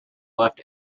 left